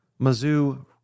Mizzou